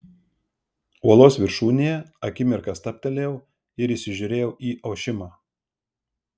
uolos viršūnėje akimirką stabtelėjau ir įsižiūrėjau į ošimą